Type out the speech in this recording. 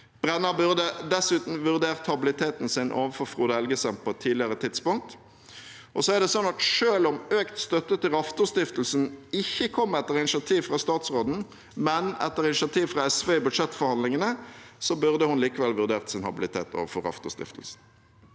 Brenna burde dessuten vurdert habiliteten sin overfor Frode Elgesem på et tidligere tidspunkt. Selv om økt støtte til Raftostiftelsen ikke kom etter initiativ fra statsråden, men etter initiativ fra SV i budsjettforhandlingene, burde hun likevel vurdert sin habilitet overfor Raftostiftelsen.